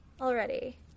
already